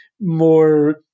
more